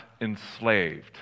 enslaved